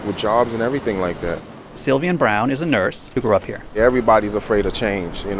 with jobs and everything like that sylvian brown is a nurse who grew up here everybody's afraid of change, you know?